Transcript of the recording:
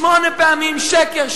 שמונה פעמים שקר,